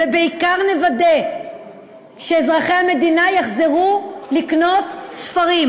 ובעיקר נוודא שאזרחי המדינה יחזרו לקנות ספרים.